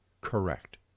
correct